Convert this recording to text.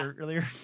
earlier